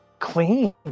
Clean